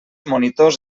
monitors